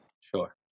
sure